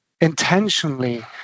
intentionally